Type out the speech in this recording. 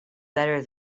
better